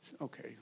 Okay